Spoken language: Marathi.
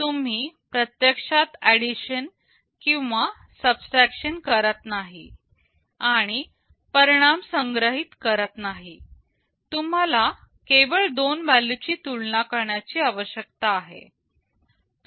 तुम्ही प्रत्यक्षात ऍडिशन किंवा सबट्रॅकशन करत नाही आणि परिणाम संग्रहित करत नाही तुम्हाला केवळ दोन व्हॅल्यू ची तुलना करण्याची आवश्यकता आहे